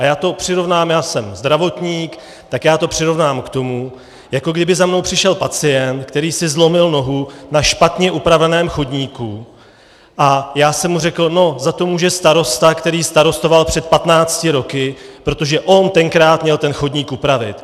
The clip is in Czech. Já to přirovnám, já jsem zdravotník, tak to přirovnám k tomu, jako kdyby za mnou přišel pacient, který si zlomil nohu na špatně upraveném chodníku, a já jsem mu řekl no, za to může starosta, který starostoval před 15 roky, protože on tenkrát měl ten chodník upravit.